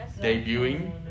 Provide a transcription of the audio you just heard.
debuting